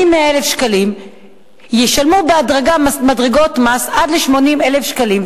מ-100,000 שקלים ישלמו בהדרגה מדרגות מס עד ל-80,000 שקלים,